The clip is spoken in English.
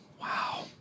Wow